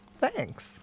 Thanks